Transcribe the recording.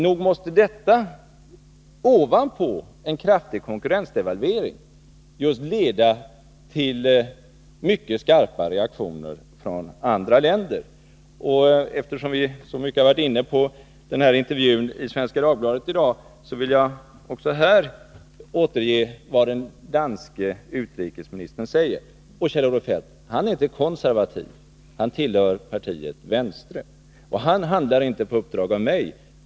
Nog måste detta, ovanpå en kraftig konkurrensdevalvering, just leda till mycket skarpa reaktioner från andra länder. Eftersom vi så mycket har varit inne på intervjun i Svenska Dagbladet i dag vill jag också här återge vad den danske utrikesministern säger. Han är inte konservativ, Kjell-Olof Feldt. Han tillhör partiet Venstre, och han handlar inte på uppdrag av mig.